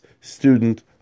student